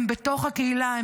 הם בתוך הקהילה,